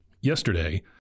Yesterday